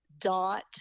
dot